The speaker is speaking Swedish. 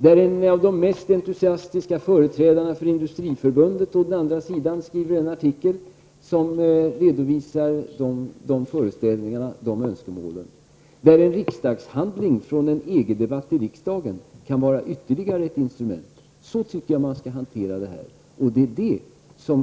En av de mest entusiastiska företrädarna för Industriförbundet kan också ha skrivit en artikel som redovisar andra föreställningar och önskemål. En riksdagshandling från en EG-debatt i riksdagen kan vara ytterligare ett instrument. Så tycker jag att man skall hantera den frågan.